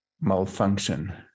malfunction